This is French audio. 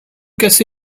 cassé